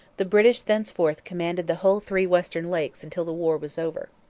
the british thenceforth commanded the whole three western lakes until the war was over.